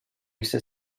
irse